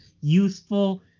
useful